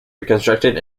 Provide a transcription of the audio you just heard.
reconstructed